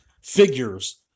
figures